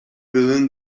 within